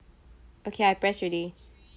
okay I press already